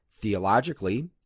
Theologically